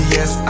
Yes